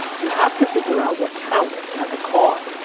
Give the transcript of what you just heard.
you have to figure out what counts as a car.